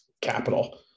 capital